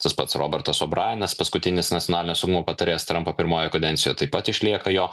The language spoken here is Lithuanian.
tas pats robertas obrainas paskutinis nacionalinio saugumo patarėjas trampo pirmojoje kadencijoj taip pat išlieka jo